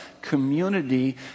community